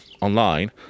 online